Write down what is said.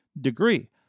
degree